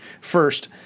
First